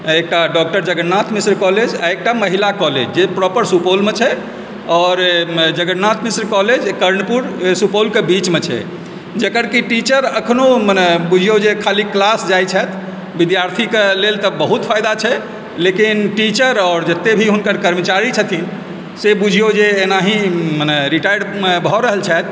एकटा doctor Jagannath Mishra college आ एकटा महिला कॉलेज जे प्रॉपर सुपौलमे छै आओर जगन्नाथ मिश्र कॉलेज कर्णपूर सुपौलके बीचमे छै जकर कि टीचर एखनो मने बुझियौ जे खाली क्लास जाइत छथि विद्यार्थीके लेल तऽ बहुत फायदा छै लेकिन टीचर आओर जतेक भी हुनकर कर्मचारी छथिन से बुझियौ जे एनाही मने रिटाइर भऽ रहल छथि